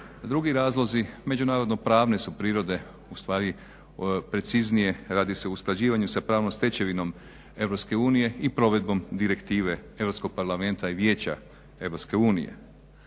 Drugi razlozi međunarodne pravne su prirode ustvari preciznije radi se o usklađivanju sa pravnom stečevinom EU i provedbom Direktive EU parlamenta i